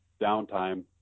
downtime